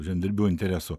žemdirbių interesų